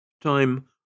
Time